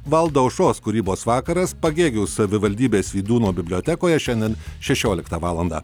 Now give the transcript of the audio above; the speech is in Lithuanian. valdo aušros kūrybos vakaras pagėgių savivaldybės vydūno bibliotekoje šiandien šešioliktą valandą